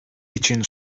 için